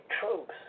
troops